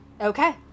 Okay